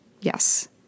Yes